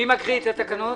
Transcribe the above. מי מקריא את התקנות